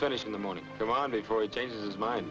finish in the morning before i'd change his mind